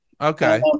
Okay